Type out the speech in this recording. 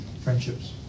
friendships